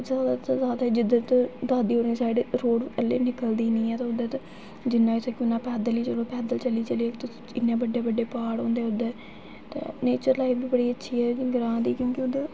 जादा से जादा जिद्धर दादी होरें साइड रोड ऐल्ली बी निकलदी निं ऐ ते उद्धर जि'न्ना होई सकै उ'न्ना पैदल ई चलो पैदल चली चलियै इ'न्ने बड्डे बड्डे प्हाड़ होंदे उद्धर ते नेचर लाइफ बी बड़ी अच्छी ऐ क्योंकि ग्रांऽ दे उद्धर